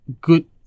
good